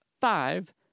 five